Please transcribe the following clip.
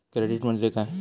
Credit म्हणजे काय?